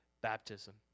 baptism